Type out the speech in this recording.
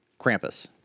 Krampus